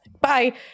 Bye